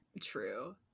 True